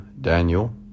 Daniel